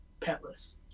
petless